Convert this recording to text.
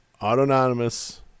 Autonomous